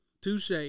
Touche